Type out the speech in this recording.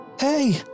hey